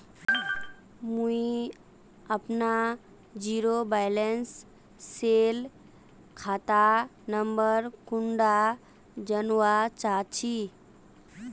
मुई अपना zero balance सेल खाता नंबर कुंडा जानवा चाहची?